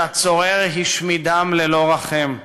שהצורר השמידם ללא רחם.